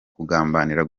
kugambirira